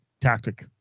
tactic